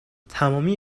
تمامی